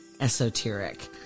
esoteric